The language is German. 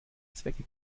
zwecke